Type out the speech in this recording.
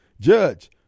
Judge